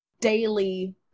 daily